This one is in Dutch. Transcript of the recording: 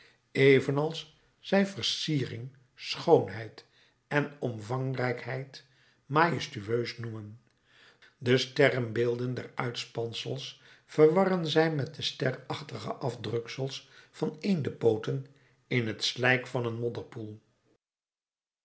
evenals zij versiering schoonheid en omvangrijkheid majestueus noemen de sterrenbeelden des uitspansels verwarren zij met de sterachtige afdruksels van eendepooten in het slijk van een modderpoel